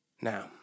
Now